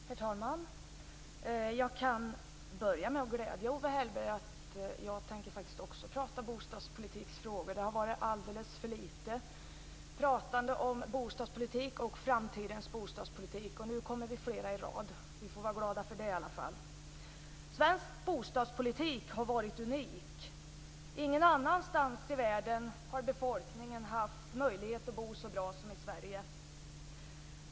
Herr talman! Jag kan till att börja med glädja Owe Hellberg med att också jag tänker tala om bostadspolitik. Det har talats alldeles för litet om dagens och framtidens bostadspolitik, men nu kommer flera anföranden i rad om detta. Vi får i varje fall vara glada för det. Svensk bostadspolitik har varit unik. Ingen annanstans i världen har befolkningen haft möjlighet att bo så bra som i Sverige.